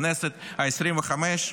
הכנסת העשרים-וחמש,